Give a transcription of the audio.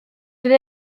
fydd